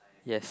yes